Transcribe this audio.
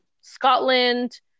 scotland